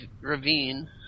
ravine